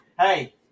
Hey